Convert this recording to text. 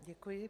Děkuji.